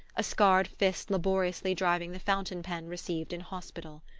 a scarred fist laboriously driving the fountain pen received in hospital.